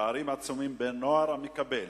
פערים עצומים בין נוער המקבל